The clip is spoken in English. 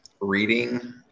reading